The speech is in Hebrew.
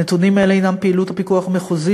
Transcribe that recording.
נתונים אלה הם על פעילות הפיקוח המחוזי